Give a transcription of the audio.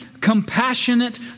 compassionate